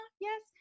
yes